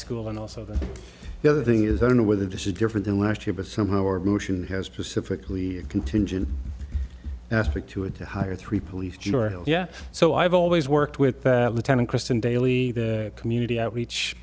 school and also the other thing is i don't know whether this is different than last year but somehow or abortion has pacifically contingent aspect to it the higher three police yeah so i've always worked with lieutenant christian dailly community outreach